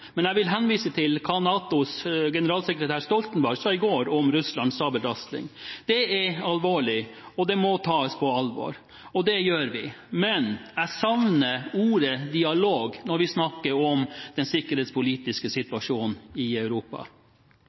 men jeg vil henvise til hva NATOs generalsekretær Stoltenberg i går sa om Russlands sabelrasling. Det er alvorlig, det må tas på alvor, og det gjør vi. Men jeg savner ordet «dialog» når vi snakker om den sikkerhetspolitiske situasjonen i Europa.